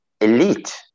elite